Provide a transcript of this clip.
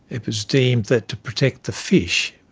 it was deemed that to protect the fish,